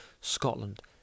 Scotland